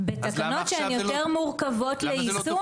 אז למה זה לא תופס פה?